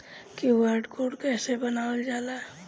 QR code कइसे बनवाल जाला?